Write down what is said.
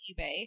eBay